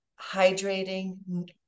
hydrating